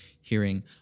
hearing